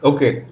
Okay